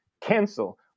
cancel